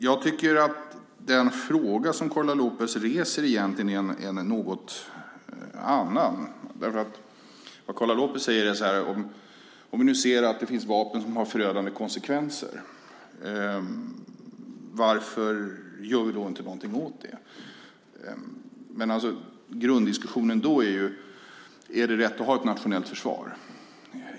Jag tycker att den fråga som Karla López reser egentligen är en annan. Vad Karla López säger är detta: Om vi nu ser att det finns vapen som har förödande konsekvenser, varför gör vi inte någonting åt det? Men då är grunddiskussionen: Är det rätt att ha ett nationellt försvar?